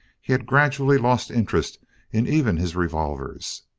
he had gradually lost interest in even his revolvers.